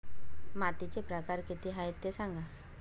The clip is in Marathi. मातीचे प्रकार किती आहे ते सांगा